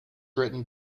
written